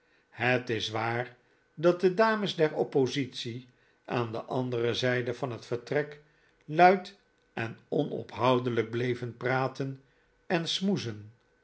het is waar dat de dames der oppositie aan de andere zijde van het vertrek iuid en onophoudelijk bleven praten en smoezen